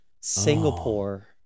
Singapore